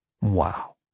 Wow